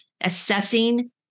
assessing